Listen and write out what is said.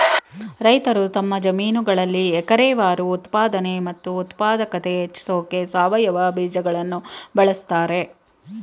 ರೈತರು ತಮ್ಮ ಜಮೀನುಗಳಲ್ಲಿ ಎಕರೆವಾರು ಉತ್ಪಾದನೆ ಮತ್ತು ಉತ್ಪಾದಕತೆ ಹೆಚ್ಸೋಕೆ ಸಾವಯವ ಬೀಜಗಳನ್ನು ಬಳಸ್ತಾರೆ